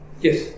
Yes